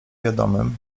wiadomym